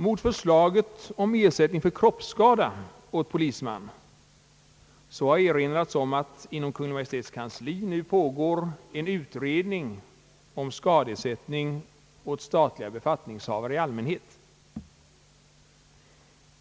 Mot förslaget om = ersättning för kroppsskada åt polisman har erinrats, att det inom Kungl. Maj:ts kansli pågår en utredning om skadeersättning åt statliga befattningshavare i allmänhet.